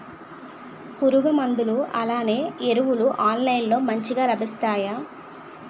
పురుగు మందులు అలానే ఎరువులు ఆన్లైన్ లో మంచిగా లభిస్తాయ?